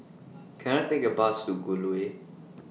Can I Take A Bus to Gul Way